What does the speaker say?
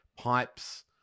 pipes